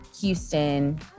Houston